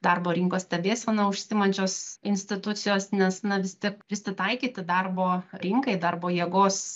darbo rinkos stebėsena užsiimančios institucijos nes na vis tik prisitaikyti darbo rinkai darbo jėgos